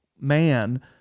man